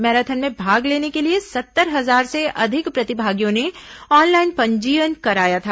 marathon में भाग लेने के लिए सत्तर हजार से अधिक प्रतिभागियों ने ऑनलाइन पंजीयन कराया था